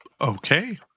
Okay